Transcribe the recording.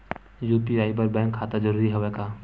UPI बर bank खाता जरूरी हवय का?